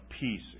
peace